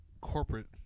corporate